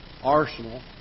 arsenal